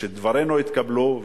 שדברינו התקבלו,